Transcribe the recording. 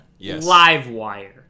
Livewire